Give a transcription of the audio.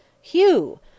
Hugh